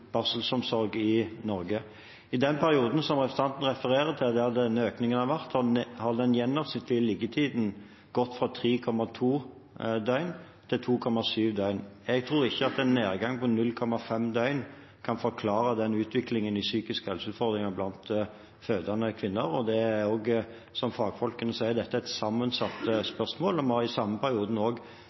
Norge. I den perioden representanten refererer til, der denne økningen har vært, har den gjennomsnittlige liggetiden gått fra 3,2 til 2,7 døgn. Jeg tror ikke en nedgang på 0,5 døgn kan forklare den utviklingen i psykiske helseutfordringer blant fødende kvinner. Som fagfolkene sier, er dette et sammensatt spørsmål. Vi har i samme